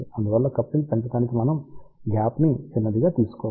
అందువల్ల కప్లింగ్ పెంచడానికి మనం గ్యాప్ని చిన్నది గా తీసుకోవాలి